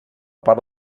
part